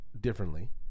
differently